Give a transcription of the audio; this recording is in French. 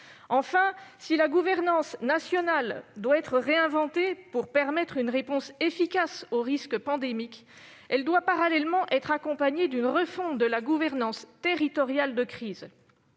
Enfin, si la gouvernance nationale doit être réinventée pour permettre de répondre efficacement au risque pandémique, elle doit parallèlement être accompagnée d'une refonte de la gouvernance territoriale de crise.